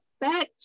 back